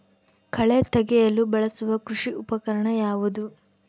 ಕಳೆ ತೆಗೆಯಲು ಬಳಸುವ ಕೃಷಿ ಉಪಕರಣ ಯಾವುದು?